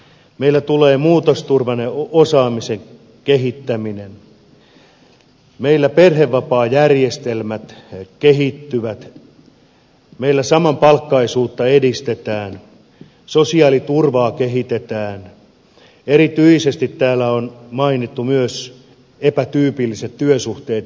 meillä tulee muutosturvan osaamisen kehittäminen meillä perhevapaajärjestelmät kehittyvät meillä samapalkkaisuutta edistetään sosiaaliturvaa kehitetään erityisesti täällä on mainittu myös epätyypilliset työsuhteet